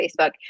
Facebook